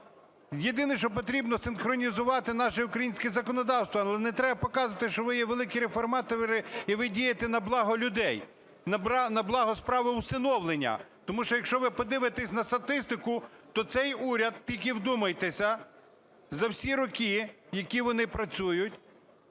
Єдине, що потрібно – синхронізувати наше українське законодавство. Але не треба показувати, що ви є великі реформатори, і ви дієте на благо людей, на благо справи усиновлення. Тому що, якщо ви подивитеся на статистику, то цей уряд – тільки вдумайтеся! – за всі роки, які вони працюють,